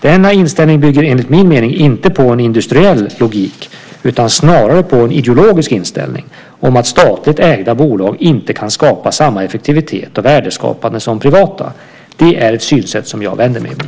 Denna inställning bygger enligt min mening inte på en industriell logik utan snarare på en ideologisk inställning om att statligt ägda bolag inte kan åstadkomma samma effektivitet och värdeskapande som privata. Det är ett synsätt som jag vänder mig emot.